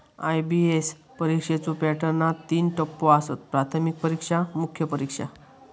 IBPS परीक्षेच्यो पॅटर्नात तीन टप्पो आसत, प्राथमिक परीक्षा, मुख्य परीक्षा